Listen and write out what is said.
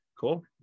Cool